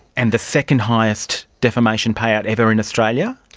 and the second highest defamation payout ever in australia?